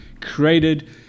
Created